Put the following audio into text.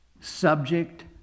subject